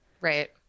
Right